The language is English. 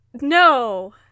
no